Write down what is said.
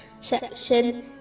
section